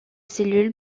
cellules